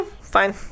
fine